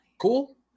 Cool